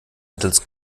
mittels